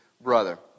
brother